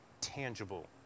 tangible